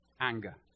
anger